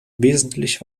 wesentlich